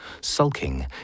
Sulking